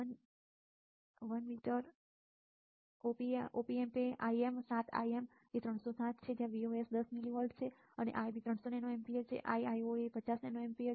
Op Amp એ lm સાત lm 307 છે જ્યાં Vos10 મિલીવોલ્ટ છે અને Ib300 nano ampere Iio50 nano ampere છે